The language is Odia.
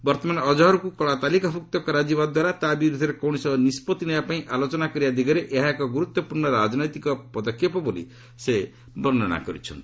ବର୍ତ୍ତମାନ ଅଜ୍ହର୍କୁ କଳା ତାଲିକାଭୁକ୍ତ କରାଯିବା ଦ୍ୱାରା ତା' ବିରୁଦ୍ଧରେ କୌଣସି ନିଷ୍ପଭି ନେବାପାଇଁ ଆଲୋଚନା କରିବା ଦିଗରେ ଏହା ଏକ ଗୁରୁତ୍ୱପୂର୍ଣ୍ଣ ରାଜନୈତିକ ପଦକ୍ଷେପ ବୋଲି ବିବେଚନା କରାଯିବ